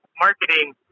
marketing